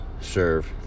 serve